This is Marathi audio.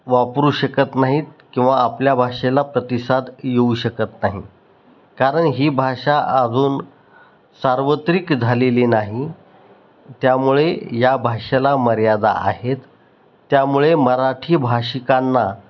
वापरू शकत नाहीत किंवा आपल्या भाषेला प्रतिसाद येऊ शकत नाही कारण ही भाषा अजून सार्वत्रिक झालेली नाही त्यामुळे या भाषेला मर्यादा आहेत त्यामुळे मराठी भाषिकांना